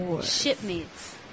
Shipmates